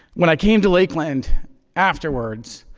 when i came to lakeland afterwards,